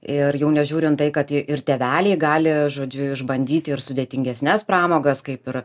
ir jau nežiūrint tai kad ir tėveliai gali žodžiu išbandyti ir sudėtingesnes pramogas kaip ir